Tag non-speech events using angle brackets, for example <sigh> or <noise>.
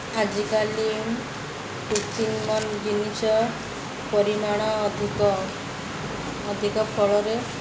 ଆଜିକାଲି କିଛି <unintelligible> ଜିନିଷ ପରିମାଣ ଅଧିକ ଅଧିକ ଫଳରେ